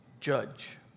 judge